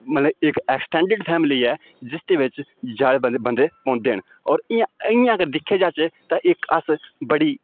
मतलब इक extended family ऐ जिसदे बिच जादा बंदे औंदे न होर इ'यां इ'यां गै दिक्खेआ जाचै ते इक अस बड़ी